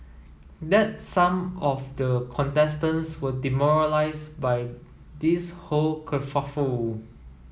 that some of the contestants were demoralised by this whole kerfuffle